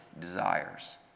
desires